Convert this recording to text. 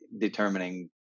determining